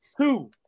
Two